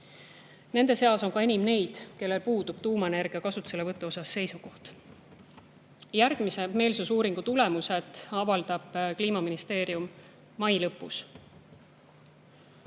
Nende seas on enim ka neid, kellel puudub tuumaenergia kasutuselevõtu kohta seisukoht. Järgmise meelsusuuringu tulemused avaldab Kliimaministeerium mai